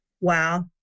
Wow